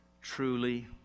truly